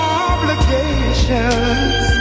obligations